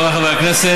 חבריי חברי הכנסת,